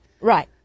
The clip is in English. Right